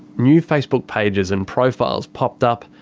new facebook pages and profiles popped up,